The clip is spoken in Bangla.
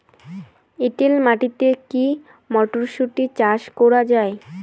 এটেল মাটিতে কী মটরশুটি চাষ করা য়ায়?